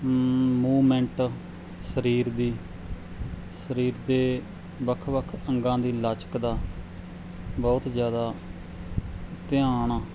moment ਸਰੀਰ ਦੀ ਸਰੀਰ ਦੇ ਵੱਖ ਵੱਖ ਅੰਗਾਂ ਦੀ ਲਚਕ ਦਾ ਬਹੁਤ ਜ਼ਿਆਦਾ ਧਿਆਨ